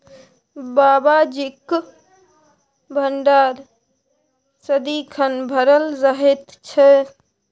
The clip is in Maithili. बाबाजीक भंडार सदिखन भरल रहैत छै